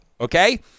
okay